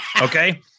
Okay